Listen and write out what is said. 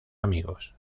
amigos